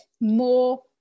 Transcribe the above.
more